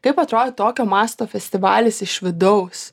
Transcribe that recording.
kaip atrodo tokio masto festivalis iš vidaus